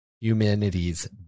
humanity's